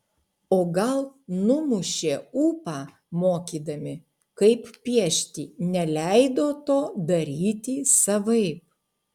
o gal numušė ūpą mokydami kaip piešti neleido to daryti savaip